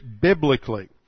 biblically